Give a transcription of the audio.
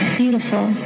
beautiful